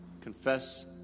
Confess